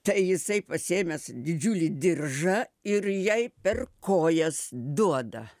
tai jisai pasiėmęs didžiulį diržą ir jai per kojas duoda